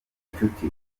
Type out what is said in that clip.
nshuti